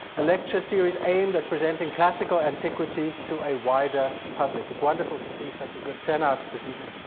a lecture series aimed at presenting classical antiquity to a wider public. it's wonderful to see such a good turnout this evening.